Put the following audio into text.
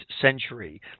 century